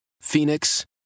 Phoenix